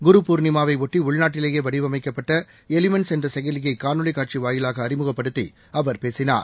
குரு பூர்ணிமாவையொட்டி உள்நாட்டிவேயே வடிவமைக்கப்பட்ட எலிமென்ஸ் என்ற செயலியை சாணொலி காட்சி வாயிலாக அறிமுகப்படுத்தி அவர் பேசினார்